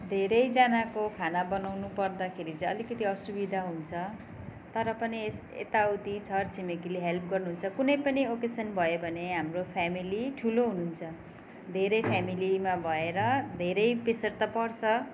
धेरैजनाको खाना बनाउनु पर्दाखेरि चाहिँ अलिकति असुविधा हुन्छ तर पनि एस यताउति छर छिमेकीले हेल्प गर्नुहुन्छ कुनै पनि ओकेजन भयो भने हाम्रो फेमिली ठुलो हुनुहुन्छ धेरै फेमिलीमा भएर धेरै प्रेसर त पर्छ